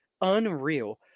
Unreal